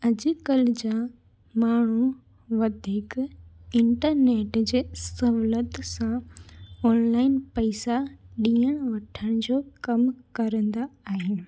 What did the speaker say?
अॼुकल्ह जा माण्हू वधीक इंटरनेट जे सहूलियत सां ऑनलाइन पैसा ॾियणु वठण जो कम करंदा आहिनि